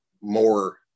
more